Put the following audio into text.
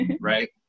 right